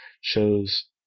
shows